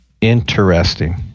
Interesting